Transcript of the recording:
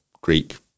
Greek